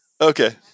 Okay